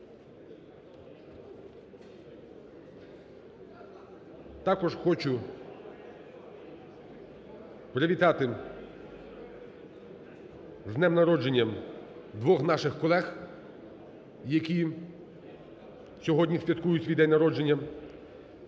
Також хочу привітати з днем народження двох наших колег, які сьогодні святкують свій день народження.